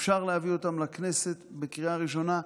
אפשר להביא אותם לכנסת בקריאה ראשונה,